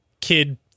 kid